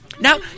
Now